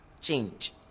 change